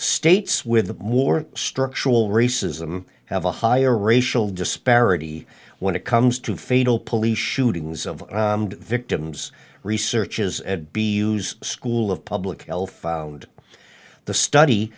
states with more structural racism have a higher racial disparity when it comes to fatal police shooting of victims researches and be used school of public health found the study